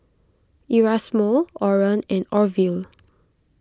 Erasmo Oran and Orville